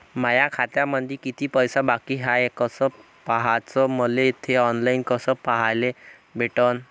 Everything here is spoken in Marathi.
माया खात्यामंधी किती पैसा बाकी हाय कस पाह्याच, मले थे ऑनलाईन कस पाह्याले भेटन?